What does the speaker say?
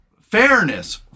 fairness